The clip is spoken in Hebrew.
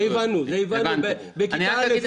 את זה הבנו כבר בכיתה א'.